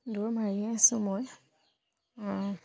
দৌৰ মাৰিয়ে আছো মই